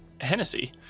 Hennessy